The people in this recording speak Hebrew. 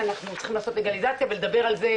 צריכים לעשות לגליזציה ולדבר על זה,